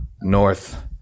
North